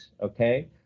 okay